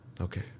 Okay